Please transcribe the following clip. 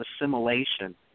assimilation